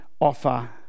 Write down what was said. offer